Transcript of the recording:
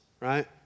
right